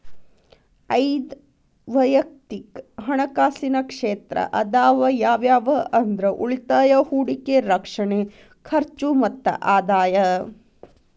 ಐದ್ ವಯಕ್ತಿಕ್ ಹಣಕಾಸಿನ ಕ್ಷೇತ್ರ ಅದಾವ ಯಾವ್ಯಾವ ಅಂದ್ರ ಉಳಿತಾಯ ಹೂಡಿಕೆ ರಕ್ಷಣೆ ಖರ್ಚು ಮತ್ತ ಆದಾಯ